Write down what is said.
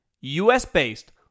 US-based